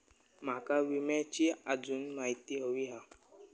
माका विम्याची आजून माहिती व्हयी हा?